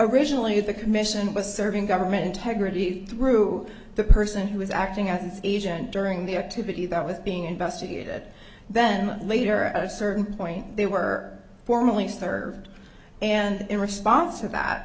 originally the commission was serving government integrity through the person who was acting out an agent during the activity that was being investigated then later at a certain point they were formally served and in response to that